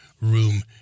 room